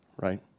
right